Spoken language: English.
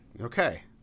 Okay